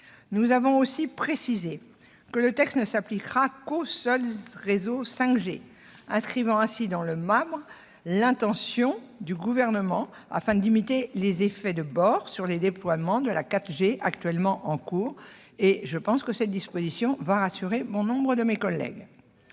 Nous avons aussi précisé que le texte ne s'appliquerait qu'aux équipements des réseaux 5G, inscrivant ainsi dans le marbre l'intention du Gouvernement, afin de limiter les effets de bord sur les déploiements de la 4G qui sont en cours. Je pense que cette disposition rassurera bon nombre de mes collègues.